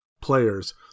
players